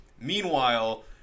meanwhile